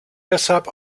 deshalb